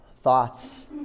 thoughts